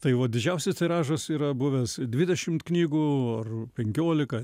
tai va didžiausias tiražas yra buvęs dvidešimt knygų ar penkiolika